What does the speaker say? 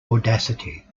audacity